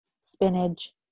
spinach